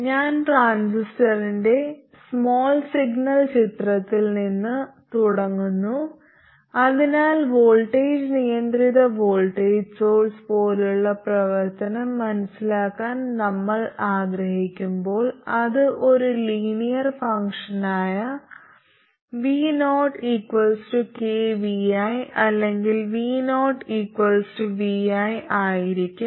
ഞാൻ ട്രാൻസിസ്റ്ററിന്റെ small signal ചിത്രത്തിൽ നിന്ന് തുടങ്ങുന്നു അതിനാൽ വോൾട്ടേജ് നിയന്ത്രിത വോൾട്ടേജ് സോഴ്സ് പോലുള്ള പ്രവർത്തനം മനസ്സിലാക്കാൻ നമ്മൾ ആഗ്രഹിക്കുമ്പോൾ അത് ഒരു ലീനിയർ ഫംഗ്ഷനായ vokvi അല്ലെങ്കിൽ vovi ആയിരിക്കും